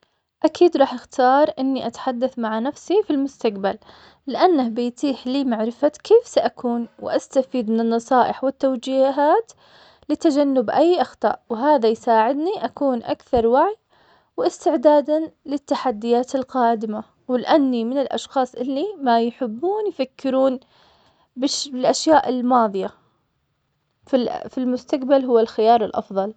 أكيد راح أختار إني أتحدث مع نفسي في المستقبل, لأنه بيتيح لي معرفة كيف سأكون, وأستفيد من النصائح والتوجيهات, لتجنب أي أخطاء, وهذا يساعدني أكون أكثر وعي واستعداداً للتحديت القادمة, ولأني من الأشخاص اللي ما يحبون يفكرون بالأشياء الماضية, فالمستقبل هو الخيار الأفضل.